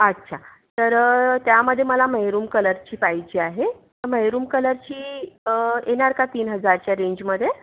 अच्छा तर त्यामध्ये मला मेहरुम कलरची पाहिजे आहे मेहरुम कलरची येणार का तीन हजारच्या रेंजमध्ये